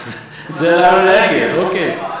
זה היה עגל לעולה, אוקיי.